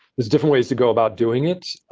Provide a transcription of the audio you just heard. there's different ways to go about doing it.